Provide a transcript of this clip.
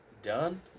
done